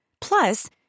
Plus